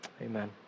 Amen